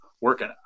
working